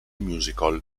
musical